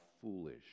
foolish